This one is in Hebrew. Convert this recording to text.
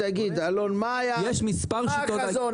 אלון, תגיד מה החזון.